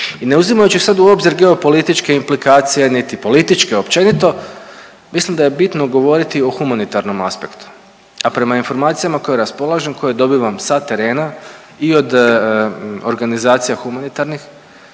I ne uzimajući sad u obzir geopolitičke implikacije, niti političke općenito mislim da je bitno govoriti o humanitarnom aspektu. A prema informacijama kojim raspolažem, koje dobivam sa terena i od organizacija humanitarnih